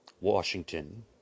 Washington